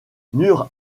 nur